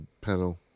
panel